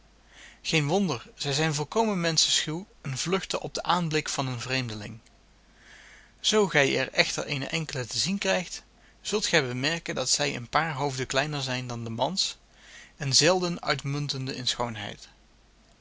geen wonder zij zijn volkomen menschenschuw en vluchten op den aanblik van een vreemdeling zoo gij er echter eene enkele te zien krijgt zult gij bemerken dat zij een paar hoofden kleiner zijn dan de mans en zelden uitmuntende in schoonheid